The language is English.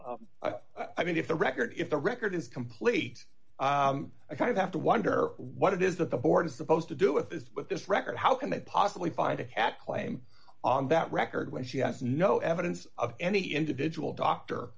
i mean if the record if the record is complete i'd have to wonder what it is that the board is supposed to do with this but this record how can it possibly find a cat claim on that record when she has no evidence of any individual doctor